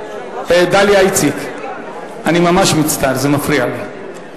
הכנסת דליה איציק, אני ממש מצטער, זה מפריע לי.